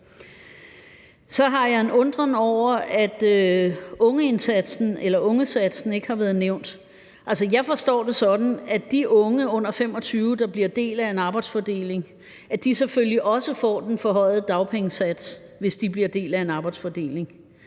Så har jeg en undren over, at ungesatsen ikke har været nævnt. Jeg forstår det sådan, at de unge under 25 år, der bliver en del af en arbejdsfordeling, selvfølgelig også får den forhøjede dagpengesats. Men der er i hvert fald en